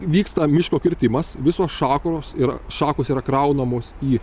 vyksta miško kirtimas visos šakoros yra šakos yra kraunamos į